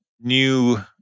new